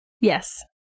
Yes